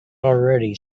already